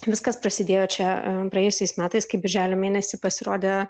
viskas prasidėjo čia praėjusiais metais kai birželio mėnesį pasirodė